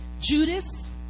Judas